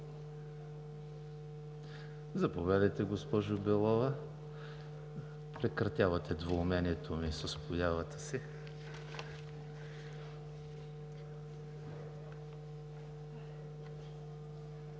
Заповядайте, госпожо Белова. Прекратявате двоуменето ми с появата си.